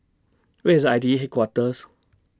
Where IS I T E Headquarters